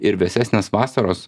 ir vėsesnės vasaros